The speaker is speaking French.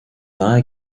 arrêt